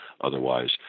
otherwise